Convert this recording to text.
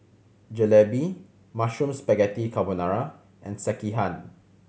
Jalebi Mushroom Spaghetti Carbonara and Sekihan